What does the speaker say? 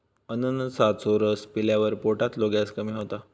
अननसाचो रस पिल्यावर पोटातलो गॅस कमी होता